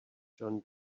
jon